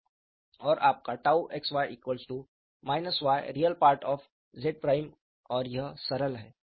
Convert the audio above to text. और आपका xy yReZ′ और यह सरल है